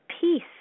peace